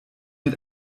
mit